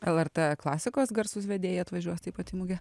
lrt klasikos garsūs vedėjai atvažiuos taip pat į mugę